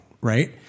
right